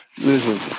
Listen